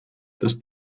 dass